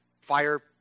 fire